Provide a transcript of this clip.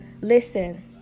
listen